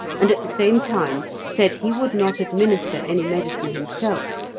and at the same time said he would not administer any medicine himself,